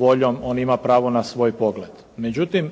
voljom on ima pravo na svoj pogled. Međutim